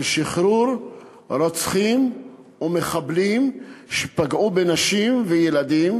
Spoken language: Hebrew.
שחרור רוצחים ומחבלים שפגעו בנשים ובילדים.